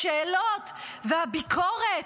השאלות והביקורת,